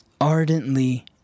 ardently